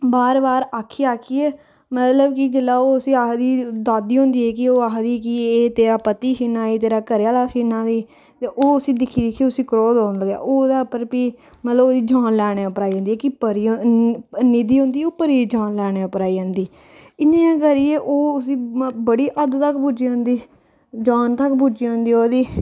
बार बार आक्खी आक्खियै मतलब कि जेल्लै ओह् उसी आखदी दादी होंदी ऐ कि ओह् आखदी कि एह् तेरा पति छीनै दी एह् तेरा घरै आह्ला छीनै दी ते ओह् उसी दिक्खी दिक्खी उसी क्रोध औन लग्गेआ ओह् ओह्दा मतलब ओह्दी जान लैने उप्पर आई जंदी कि परी निधि होंदी ओह् परी दी जान लैने उप्पर आई जंदी इयां करियै ओह् उसी बड़ी हद्द तक पुज्जी जंदी जान तक पुज्जी जंदी ओह्दी